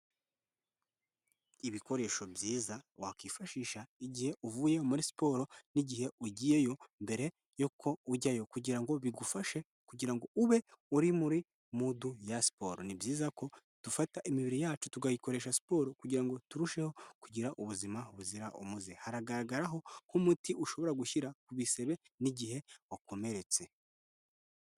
Ibikoresho byiza wakwifashisha igihe uvuye muri siporo n'igihe ugiyeyo mbere yuko ujyayo kugirango bigufashe kugirango ube uri muri mudu ya siporo, ni byiza ko dufata imibiri yacu tukayikoresha siporo kugirango turusheho kugira ubuzima buzira umuze, haragaragaraho umuti ushobora gushyira ku bisebe igihe wakomeretse.